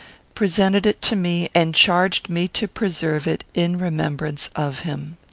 presented it to me, and charged me to preserve it in remembrance of him.